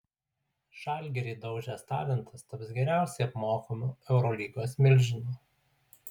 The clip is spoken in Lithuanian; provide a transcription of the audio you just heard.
žalgirį daužęs talentas taps geriausiai apmokamu eurolygos milžinu